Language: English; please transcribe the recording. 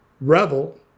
revel